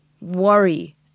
worry